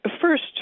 first